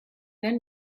then